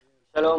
שלום,